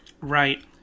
Right